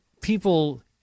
people